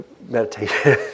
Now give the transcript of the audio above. meditation